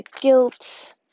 guilt